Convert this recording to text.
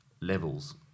levels